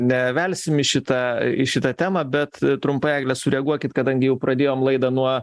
ne velsim į šitą šitą temą bet trumpai eglę sureaguokit kadangi jau pradėjom laidą nuo